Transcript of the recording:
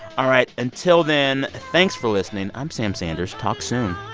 all right. until then, thanks for listening. i'm sam sanders. talk soon